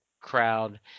crowd